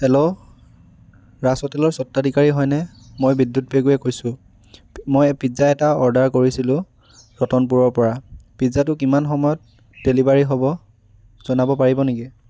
hello Raj হোটেলৰ স্বত্বাধিকাৰী হয়নে মই বিদ্যুত পেগুৱে কৈছোঁ মই পিজ্জা এটা অৰ্ডাৰ কৰিছিলো ৰতনপুৰৰপৰা পিজ্জাটো কিমান সময়ত ডেলিভাৰী হ'ব জনাব পাৰিব নেকি